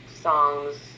songs